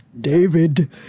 David